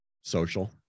Social